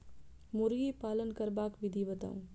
मुर्गी पालन करबाक विधि बताऊ?